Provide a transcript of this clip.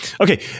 Okay